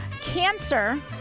Cancer